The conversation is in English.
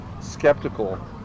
skeptical